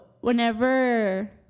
whenever